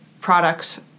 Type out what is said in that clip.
products